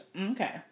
Okay